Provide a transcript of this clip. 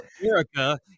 America